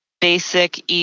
Basic